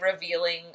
revealing